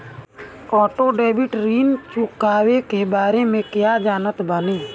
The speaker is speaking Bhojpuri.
ऑटो डेबिट ऋण चुकौती के बारे में कया जानत बानी?